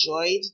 enjoyed